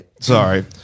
Sorry